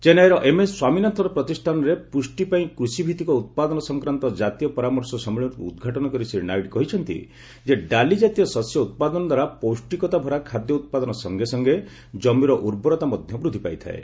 ଚେନ୍ନାଇର MS Swaminathan ପ୍ରତିଷ୍ଠାନରେ ପୁଷ୍ଠି ପାଇଁ କୃଷି ଭିତ୍ତିକ ଉତ୍ପାଦନ ସଂକ୍ରାନ୍ତ ଜାତୀୟ ପରାମର୍ଶ ସମ୍ମିଳନୀକୁ ଉଦ୍ଘାଟନ କରି ଶ୍ରୀ ନାଇଡୁ କହିଛନ୍ତି ଯେ ଡାଲିଜାତୀୟ ଶସ୍ୟ ଉତ୍ପାଦନ ଦ୍ୱାରା ପୌଷ୍ଟିକତା ଭରା ଖାଦ୍ୟ ଉତ୍ପାଦନ ସଙ୍ଗେ ସଙ୍ଗେ ଜମିର ଉର୍ବରତା ମଧ୍ୟ ବୃଦ୍ଧି ପାଇଥାଏ